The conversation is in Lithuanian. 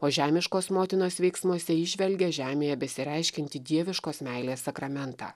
o žemiškos motinos veiksmuose įžvelgia žemėje besireiškiantį dieviškos meilės sakramentą